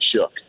shook